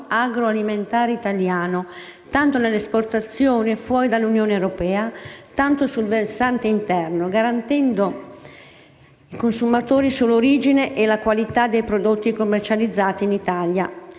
agroalimentare italiano, tanto nelle esportazioni fuori dall'Unione europea, quanto sul versante interno, garantendo i consumatori sull'origine e la qualità dei prodotti commercializzati in Italia.